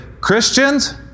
Christians